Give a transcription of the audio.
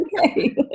okay